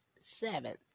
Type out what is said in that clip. Seventh